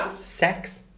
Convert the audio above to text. Sex